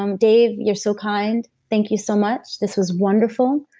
um dave, you're so kind. thank you so much this was wonderful.